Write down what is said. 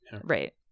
Right